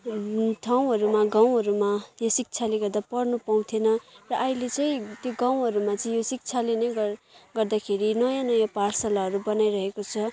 ठाउँहरूमा गाउँहरूमा यो शिक्षाले गर्दा पढ्नु पाउँथेन र अहिले चाहिँ त्यो गाउँहरूमा चाहिँ यो शिक्षाले नै गर गर्दाखेरि नयाँ नयाँ पाठशालाहरू बनाइरहेको छ